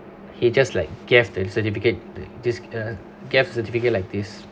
he just like gave the certificate the this uh gave certificate like this